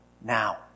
now